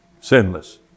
sinless